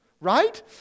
right